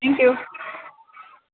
thank you